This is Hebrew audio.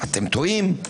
אתם טועים,